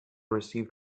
received